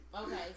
Okay